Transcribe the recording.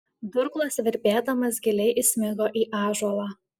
durklas virpėdamas giliai įsmigo į ąžuolą